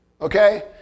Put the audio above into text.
okay